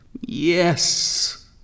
Yes